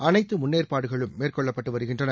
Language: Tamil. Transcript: அனைத்து முன்னேற்பாடுகளும் மேற்கொள்ளப்பட்டு வருகின்றன